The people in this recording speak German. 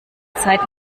zeit